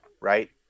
right